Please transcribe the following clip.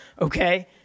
okay